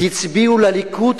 הצביעו לליכוד,